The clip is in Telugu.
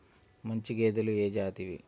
మంచి గేదెలు ఏ జాతివి?